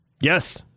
Yes